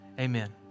amen